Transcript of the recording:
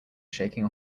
shaking